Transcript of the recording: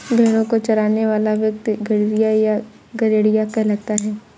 भेंड़ों को चराने वाला व्यक्ति गड़ेड़िया या गरेड़िया कहलाता है